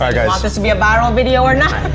i mean to be a viral video or not?